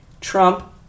Trump